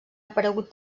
aparegut